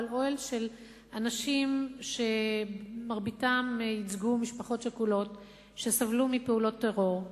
אבל אוהל של אנשים שמרביתם ייצגו משפחות שכולות שסבלו מפעולות טרור,